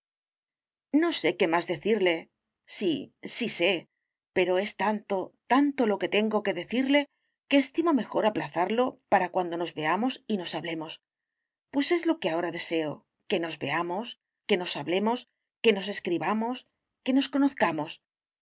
no sé qué más decirle sí sí sé pero es tanto tanto lo que tengo que decirle que estimo mejor aplazarlo para cuando nos veamos y nos hablemos pues es lo que ahora deseo que nos veamos que nos hablemos que nos escribamos que nos conozcamos